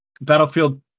Battlefield